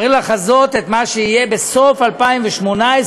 צריך לחזות את מה שיהיה בסוף 2018,